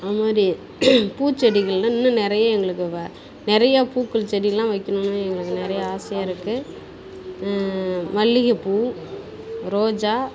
அதுமாதிரி பூச்செடிகளில் இன்னும் நிறைய எங்களுக்கு வ நிறைய பூக்கள் செடிலாம் வைக்கணும்னு எங்களுக்கு நிறையா ஆசையாக இருக்குது மல்லிகைப்பூ ரோஜா